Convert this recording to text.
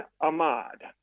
Ahmad